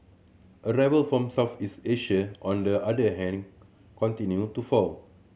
arrival from Southeast Asia on the other hand continued to fall